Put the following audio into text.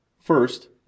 First